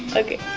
ok.